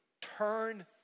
turn